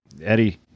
Eddie